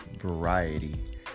variety